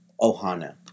Ohana